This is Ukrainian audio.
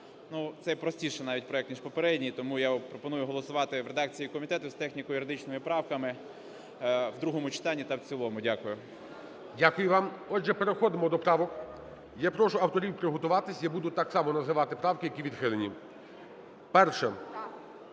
Цей простіший навіть проект ніж попередній, тому я пропоную голосувати в редакції комітету з техніко-юридичними правками в другому читанні та в цілому. Дякую. ГОЛОВУЮЧИЙ. Дякую вам. Отже, переходимо до правок. Я прошу авторів приготуватись. Я буду так само називати правки, які відхилені. 1-а.